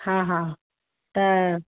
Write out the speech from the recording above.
हा हा त